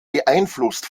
beeinflusst